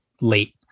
late